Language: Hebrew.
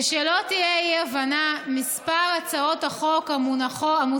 ושלא תהיה אי-הבנה: מספר הצעות החוק המוצעות